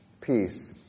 peace